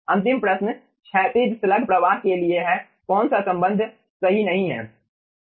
अंतिम प्रश्न क्षैतिज स्लग प्रवाह के लिए है कौन सा संबंध सही नहीं है